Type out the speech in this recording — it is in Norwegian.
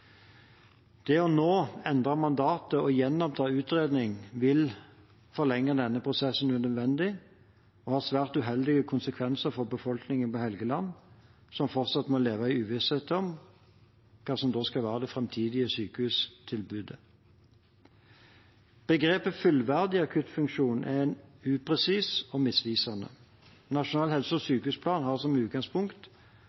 etter nyttår. Nå å endre mandatet og gjenoppta utredningen vil forlenge denne prosessen unødvendig og ha svært uheldige konsekvenser for befolkningen på Helgeland, som fortsatt må leve i uvisshet om hva som skal være det framtidige sykehustilbudet. Begrepet «fullverdig akuttfunksjon» er upresist og misvisende. Nasjonal helse- og